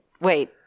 wait